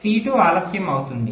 C2 ఆలస్యం అవుతుంది